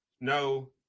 no